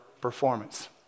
performance